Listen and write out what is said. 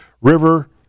river